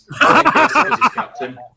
captain